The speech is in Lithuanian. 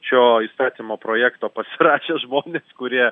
šio įstatymo projekto pasirašė žmonės kurie